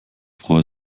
frau